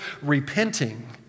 repenting